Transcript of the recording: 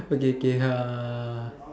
okay okay uh